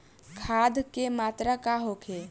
खाध के मात्रा का होखे?